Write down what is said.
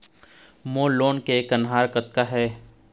मोर लोन के कन्हार कतक हे?